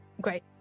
Great